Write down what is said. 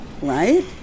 right